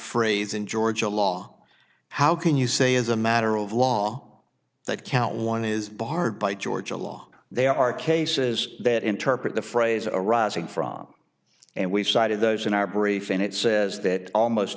phrase in georgia law how can you say as a matter of law that count one is barred by georgia law there are cases that interpret the phrase arising from and we've cited those in our brief and it says that almost